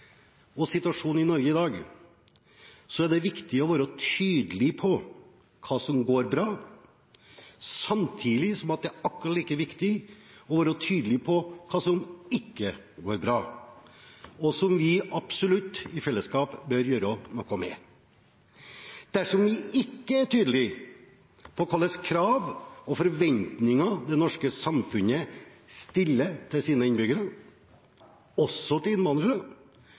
og om situasjonen i Norge i dag, er det viktig å være tydelig på hva som går bra, samtidig som det er akkurat like viktig å være tydelig på hva som ikke går bra, og som vi i fellesskap absolutt bør gjøre noe med. Dersom vi ikke er tydelig på hvilke krav og forventninger det norske samfunnet stiller til sine innbyggere, også til innvandrere,